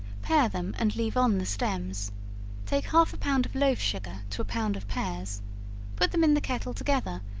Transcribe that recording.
pare them, and leave on the stems take half a pound of loaf-sugar to a pound of pears put them in the kettle together,